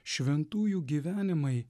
šventųjų gyvenimai